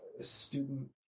Student